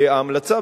ההמלצה,